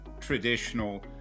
traditional